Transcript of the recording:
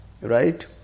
Right